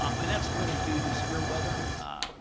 um and that's really due to severe weather.